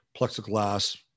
plexiglass